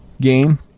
game